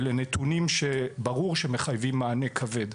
אלה נתונים שברור שמחייבים מענה כבד.